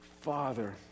Father